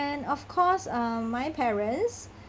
and of course uh my parents